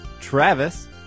Travis